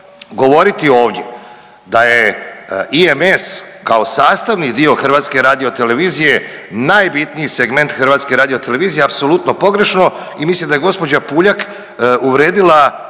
govoriti ovdje da je IMS kao sastavni dio HRT-a najbitniji segment HRT-a je apsolutno pogrešno i mislim da je gospođa Puljak uvrijedila